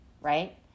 right